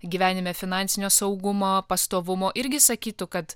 gyvenime finansinio saugumo pastovumo irgi sakytų kad